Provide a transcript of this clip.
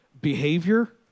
behavior